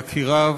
יקיריו.